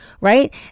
Right